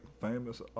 famous